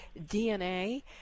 DNA